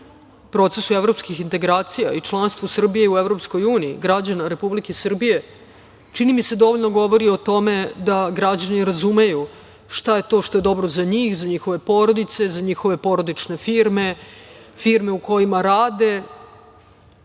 procesu evropskih integracija i članstvu Srbije u Evropskoj uniji, građana Republike Srbije, čini mi se dovoljno govori o tome da građani razumeju šta je to što je dobro za njih i za njihove porodice, za njihove porodične firme, firme u kojima rade,